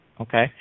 okay